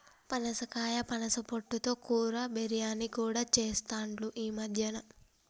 పనసకాయ పనస పొట్టు తో కూర, బిర్యానీ కూడా చెస్తాండ్లు ఈ మద్యన